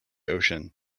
ocean